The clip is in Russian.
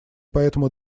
поэтому